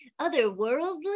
otherworldly